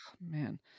man